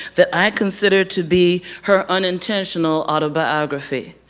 that i consider to be her unintentional autobiography.